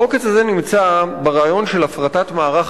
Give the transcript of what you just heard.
העוקץ הזה נמצא ברעיון של הפרטת מערך